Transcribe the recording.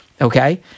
okay